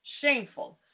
Shameful